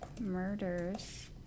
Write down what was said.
murders